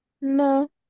No